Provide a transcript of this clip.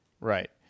right